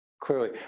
Clearly